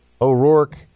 O'Rourke